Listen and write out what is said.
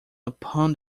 upon